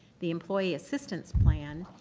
the employee assistance plan.